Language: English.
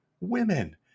women